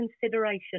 consideration